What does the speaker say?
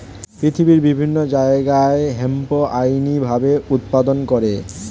পৃথিবীর বিভিন্ন জায়গায় হেম্প আইনি ভাবে উৎপাদন করে